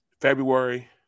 February